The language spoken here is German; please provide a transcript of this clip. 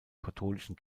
katholischen